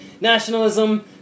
Nationalism